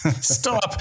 Stop